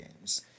games